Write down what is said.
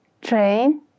train